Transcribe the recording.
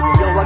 yo